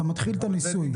כשאתה מתחיל את הניסוי.